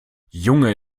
junge